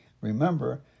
remember